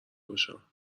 باشم